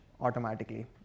automatically